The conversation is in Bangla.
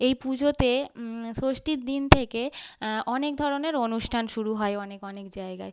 এই পুজোতে ষষ্ঠীর দিন থেকে অনেক ধরনের অনুষ্ঠান শুরু হয় অনেক অনেক জায়গায়